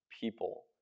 people